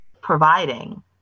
providing